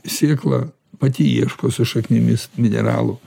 sėkla pati ieško su šaknimis mineralų